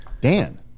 Dan